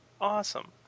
awesome